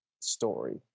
story